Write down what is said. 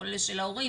כולל של ההורים,